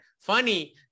funny